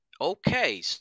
Okay